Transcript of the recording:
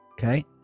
Okay